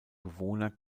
bewohner